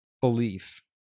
belief